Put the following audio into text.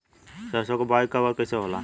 सरसो के बोआई कब और कैसे होला?